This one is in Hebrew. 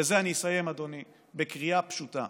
ובזה אני אסיים, אדוני, בקריאה פשוטה: